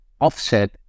offset